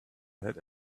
had